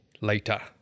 later